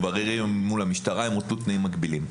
מבררים מול המשטרה אם הוטלו תנאים מגבילים,